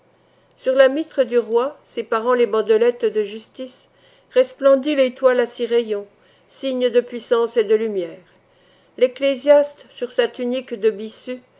sur la mitre du roi séparant les bandelettes de justice resplendit létoile à six rayons signe de puissance et de lumière l'ecclésiaste sur sa tunique de byssus